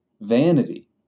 vanity